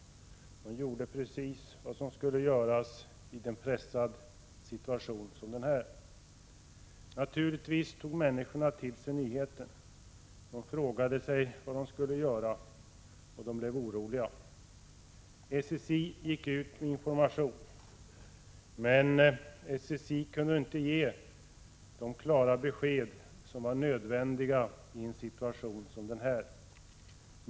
De gjorde precis vad som skulle göras i en pressad situation som denna. Naturligtvis tog människorna till sig nyheten. De frågade sig vad de skulle göra. De blev oroliga. Strålskyddsinstitutet gick ut med information. Men SSI kunde inte ge de klara besked som var nödvändiga i en situation som denna.